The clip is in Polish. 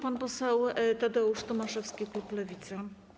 Pan poseł Tadeusz Tomaszewski, klub Lewica.